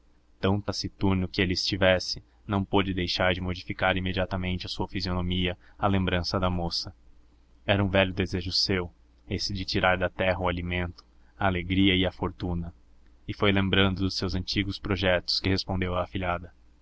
taciturno que ele estivesse não pôde deixar de modificar imediatamente a sua fisionomia à lembrança da moça era um velho desejo seu esse de tirar da terra o alimento a alegria e a fortuna e foi lembrando dos seus antigos projetos que respondeu à afilhada